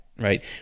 right